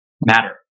matter